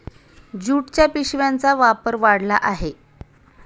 ज्यूटच्या पिशव्यांचा वापर वाढला आहे